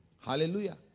Hallelujah